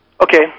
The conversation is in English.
Okay